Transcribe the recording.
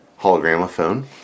Hologramophone